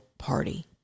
party